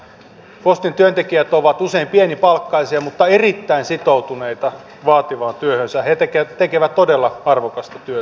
postin työntekijät ovat usein pienipalkkaisia mutta erittäin sitoutuneita vaativaan työhönsä he tekevät todella arvokasta työtä